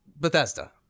Bethesda